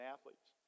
Athletes